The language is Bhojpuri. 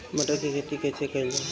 मटर के खेती कइसे कइल जाला?